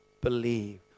believe